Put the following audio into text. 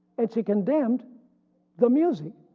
and she condemned the music.